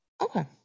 Okay